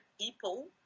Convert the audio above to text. people